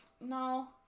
no